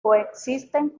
coexisten